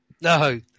No